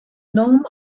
nomme